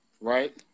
right